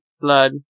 Blood